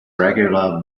regular